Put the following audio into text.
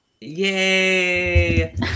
yay